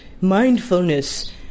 mindfulness